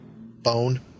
Bone